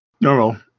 normal